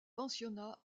pensionnat